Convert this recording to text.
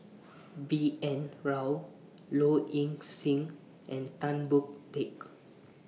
B N Rao Low Ing Sing and Tan Boon Teik